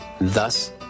thus